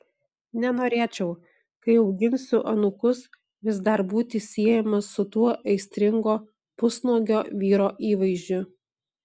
nenorėčiau kai auginsiu anūkus vis dar būti siejamas su tuo aistringo pusnuogio vyro įvaizdžiu